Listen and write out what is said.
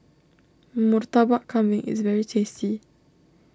Murtabak Kambing is very tasty